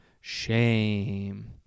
shame